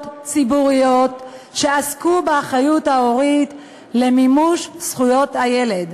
ציבורית שעסקו באחריות ההורית למימוש זכויות הילד: